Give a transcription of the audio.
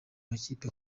makipe